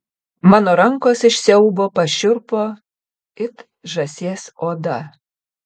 mano rankos iš siaubo pašiurpo it žąsies oda